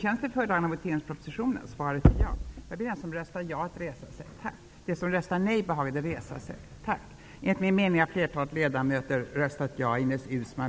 Ärade kammarledamöter!